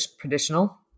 traditional